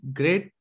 great